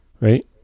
Right